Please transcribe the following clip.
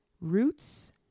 roots